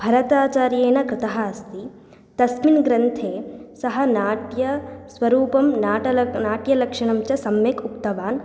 भरताचार्येण कृतः अस्ति तस्मिन् ग्रन्थे सः नाट्यस्वरूपं नाट्यल नाट्यलक्षणं च सम्यक् उक्तवान्